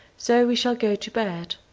so we shall go to bed.